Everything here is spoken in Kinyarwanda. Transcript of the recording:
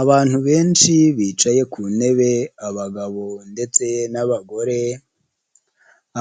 Abantu benshi bicaye ku ntebe abagabo ndetse n'abagore,